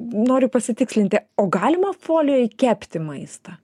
noriu pasitikslinti o galima folijoj kepti maistą